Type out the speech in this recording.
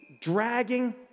dragging